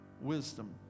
wisdom